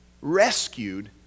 rescued